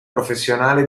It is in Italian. professionale